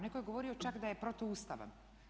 Netko je govorio čak da je protuustavan.